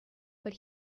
but